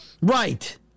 Right